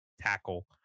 tackle